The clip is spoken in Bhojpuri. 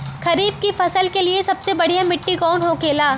खरीफ की फसल के लिए सबसे बढ़ियां मिट्टी कवन होखेला?